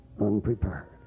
unprepared